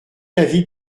l’avis